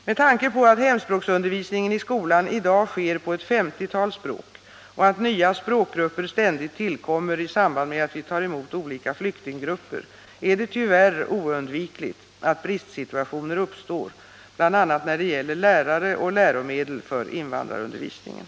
Med tanke på att hemspråksundervisningen i skolan i dag sker på ett femtiotal språk och att nya språkgrupper ständigt tillkommer i samband med att vi tar emot olika flyktinggrupper är det tyvärr oundvikligt att bristsituationer uppstår, bl.a. när det gäller lärare och läromedel för invandrarundervisningen.